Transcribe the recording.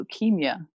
leukemia